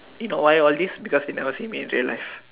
you know I I always because never seen means your life